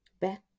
Back